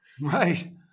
right